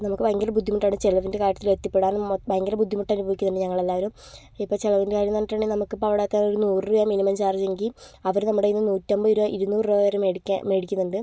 നമുക്ക് ഭയങ്കര ബുദ്ധിമുട്ടാണ് ചിലവിൻ്റെ കാര്യത്തിൽ എത്തിപ്പെടാനും ഭയങ്കര ബുദ്ധിമുട്ട് അനുഭവിക്കുന്നുണ്ട് ഞങ്ങൾ എല്ലാവരും ഇപ്പം ചിലവിൻ്റെ കാര്യം തന്നെ പറഞ്ഞിട്ടുണ്ടെങ്കിൽ നമുക്ക് ഇപ്പം അവിടെ എത്താൻ ഒരു നൂറ് രൂപ മിനിമം ചാർജ് എങ്കിൽ അവർ നമ്മുടേന്ന് നൂറ്റൻപത് രൂപ ഇരുനൂറ് രൂപ വരെ മേടിക്കാൻ മേടിക്കുന്നുണ്ട്